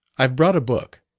i've brought a book.